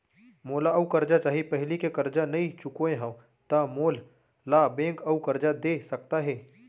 मोला अऊ करजा चाही पहिली के करजा नई चुकोय हव त मोल ला बैंक अऊ करजा दे सकता हे?